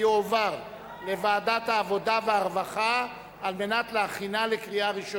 לוועדת העבודה, הרווחה והבריאות נתקבלה.